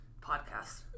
podcast